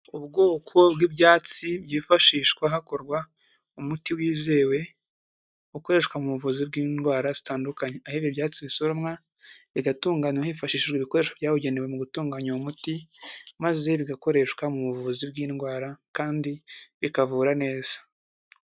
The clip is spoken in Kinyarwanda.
Ubwoko bw'ibyatsi byifashishwa hakorwa umuti wizewe ukoreshwa mu buvuzi bw'indwara zitandukanye, aho ibyo byatsi bisoromwa, bigatunganyaywa hifashijwe ibikoresho byabugenewe mu gutunganya uwo muti, maze bigakoreshwa mu buvuzi bw'indwara kandi bikavura neza.